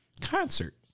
Concert